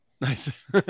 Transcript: nice